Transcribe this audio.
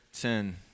ten